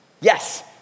Yes